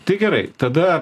tai gerai tada